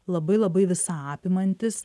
labai labai visa apimantis